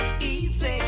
Easy